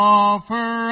offer